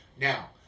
Now